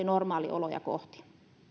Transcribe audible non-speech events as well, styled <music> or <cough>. <unintelligible> normaalioloja kohti